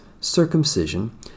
circumcision